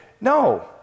No